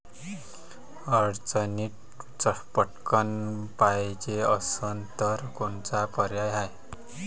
अडचणीत पटकण पायजे असन तर कोनचा पर्याय हाय?